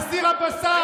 על סיר הבשר.